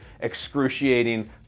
excruciating